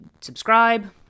subscribe